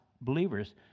believers